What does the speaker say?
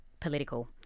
Political